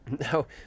No